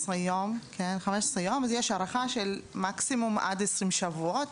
יום, ויש הארכה של מקסימום עד 20 שבועות.